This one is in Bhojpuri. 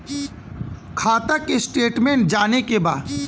खाता के स्टेटमेंट जाने के बा?